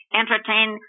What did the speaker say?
entertain